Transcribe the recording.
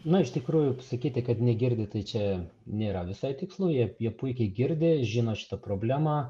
na iš tikrųjų pasakyti kad negirdi tai čia nėra visai tikslu jie jie puikiai girdi žino šitą problemą